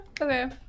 okay